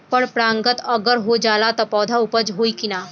पर परागण अगर हो जाला त का पौधा उपज होई की ना?